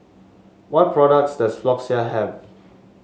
what products does Floxia have